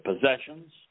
possessions